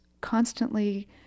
constantly